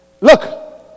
Look